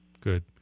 Good